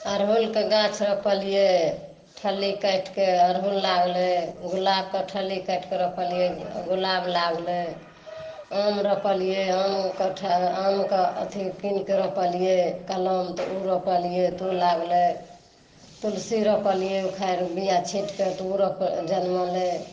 फूलके गाछ रोपलिए थल्ली काटिकऽ अरहुल लागलए गुलाबके थल्ली काटिक रोपलिए गुलाब लागलै आम रोपलिए आमके अथी किनकऽ रोपलिए कलम तहन ओ रोपलिए तऽ ओ लागलै तुलसी रोपलिए उखाड़ि बीया छींटक तऽ ओ जनमलै